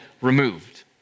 removed